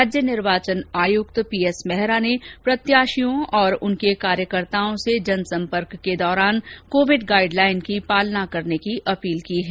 राज्य निर्वाचन आयुक्त पीएस मेहरा ने प्रत्याशियों और उनके कार्यकर्ताओं से जनसंपर्क के दौरान कोविड गाइड लाइन की पालना करने की अपील की है